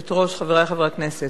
הכנסת,